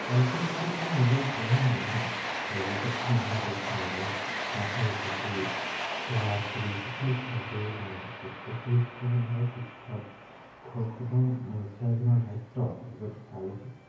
আলহী বুলি ক'লে নিজৰ ঘৰৰ মানুহেই বেলেগৰতো নহয় দিয়কচোন নিজৰ মাহী পেহী খুৰা খুৰী সকলোতো নিজৰেই মানুহ গতিকে সেইসকল মানুহক সুখী কৰাতো ঘৰখনৰ মুখিয়ালজনৰ দায়িত্ব গতিকে আলহীক